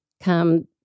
come